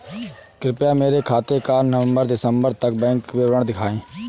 कृपया मेरे खाते का नवम्बर से दिसम्बर तक का बैंक विवरण दिखाएं?